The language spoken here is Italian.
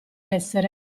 essere